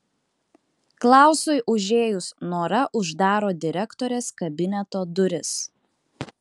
klausui užėjus nora uždaro direktorės kabineto duris